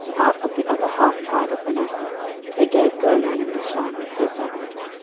out of the other half tribe of manasseh they gave golan in bashan with her suburbs,